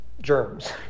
germs